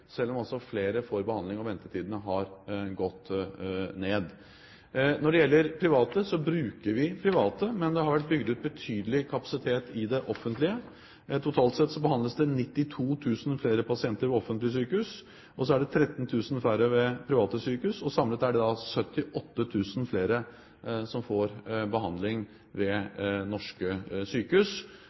selv om altså flere får behandling og ventetidene har gått ned. Når det gjelder private, så bruker vi private, men det har vært bygd ut betydelig kapasitet i det offentlige. Totalt sett behandles det 92 000 flere pasienter ved offentlige sykehus, og så er det 13 000 færre ved private sykehus. Samlet er det da 78 000 flere som får behandling ved norske sykehus